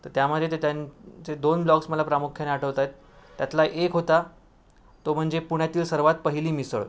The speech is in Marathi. तर त्यामध्ये ते त्यांचे दोन ब्लॉग्स मला प्रामुख्याने आठवत आहेत त्यातला एक होता तो म्हणजे पुण्यातील सर्वात पहिली मिसळ